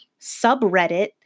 subreddit